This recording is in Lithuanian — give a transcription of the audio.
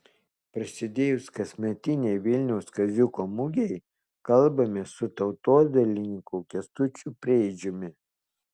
prasidėjus kasmetinei vilniaus kaziuko mugei kalbamės su tautodailininku kęstučiu preidžiumi